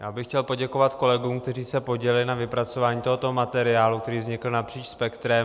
Já bych chtěl poděkovat kolegům, kteří se podíleli na vypracování tohoto materiálu, který vznikl napříč spektrem.